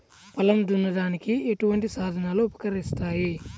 పొలం దున్నడానికి ఎటువంటి సాధనలు ఉపకరిస్తాయి?